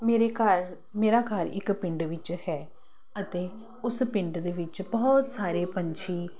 ਮੇਰੇ ਘਰ ਮੇਰਾ ਘਰ ਇੱਕ ਪਿੰਡ ਵਿੱਚ ਹੈ ਅਤੇ ਉਸ ਪਿੰਡ ਦੇ ਵਿੱਚ ਬਹੁਤ ਸਾਰੇ ਪੰਛੀ